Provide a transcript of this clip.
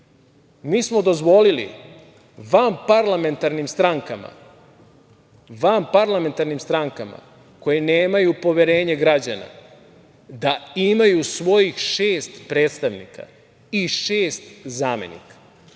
Mi smo dozvolili vanparlamentarnim strankama koje nemaju poverenje građana da imaju svojih šest predstavnika i šest zamenika